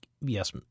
Yes